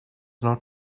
not